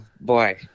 boy